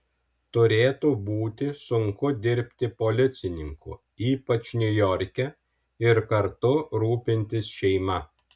turėtų būti sunku dirbti policininku ypač niujorke ir kartu rūpintis šeima